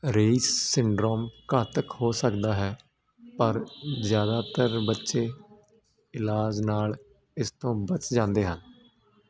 race syndrome ਘਾਤਕ ਹੋ ਸਕਦਾ ਹੈ ਪਰ ਜ਼ਿਆਦਾਤਰ ਬੱਚੇ ਇਲਾਜ ਨਾਲ ਇਸ ਤੋਂ ਬਚ ਜਾਂਦੇ ਹਨ